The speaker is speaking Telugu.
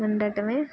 ఉండటమే